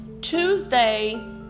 Tuesday